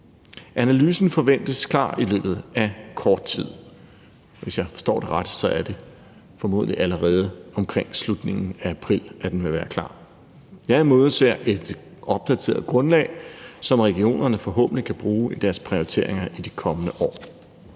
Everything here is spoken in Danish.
Analysen forventes klar i løbet af kort tid. Hvis jeg forstår det ret, er det formodentlig allerede omkring slutningen af april, den vil være klar. Jeg imødeser et opdateret grundlag, som regionerne forhåbentlig kan bruge i deres prioriteringer i de kommende år.